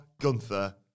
Gunther